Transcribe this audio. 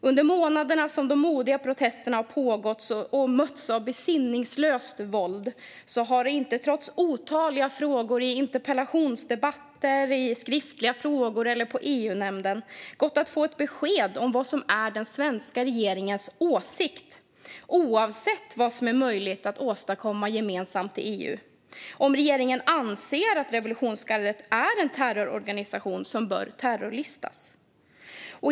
Under månaderna som de modiga protesterna har pågått och mötts av besinningslöst våld har det inte, trots otaliga frågor i interpellationsdebatter, i skriftliga frågor eller i EU-nämnden, gått att få ett besked om vad som är den svenska regeringens åsikt oavsett vad som är möjligt att åstadkomma gemensamt i EU och om regeringen anser att revolutionsgardet är en terrororganisation som bör terrorlistas.